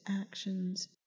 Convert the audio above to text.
actions